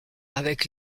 avec